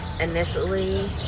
initially